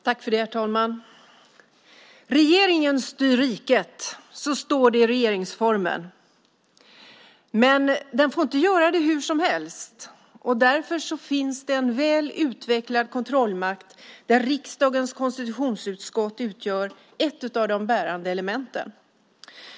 Herr talman! Regeringen styr riket. Så står det i regeringsformen. Men den får inte göra det hur som helst. Därför finns det en väl utvecklad kontrollmakt där riksdagens konstitutionsutskott utgör ett av de bärande elementen.